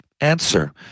answer